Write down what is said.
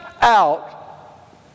out